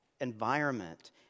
environment